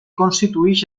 constitueix